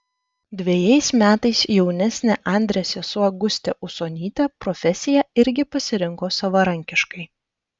dvejais metais jaunesnė andrės sesuo gustė usonytė profesiją irgi pasirinko savarankiškai